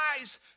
eyes